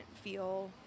feel